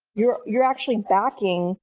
you're you're actually backing